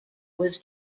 was